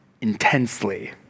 intensely